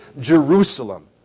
Jerusalem